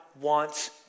wants